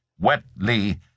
wetly